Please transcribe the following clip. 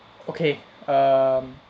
okay um